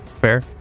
fair